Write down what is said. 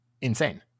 insane